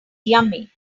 yummy